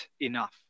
enough